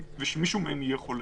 ושמישהו מהם יהיה חולה.